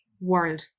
world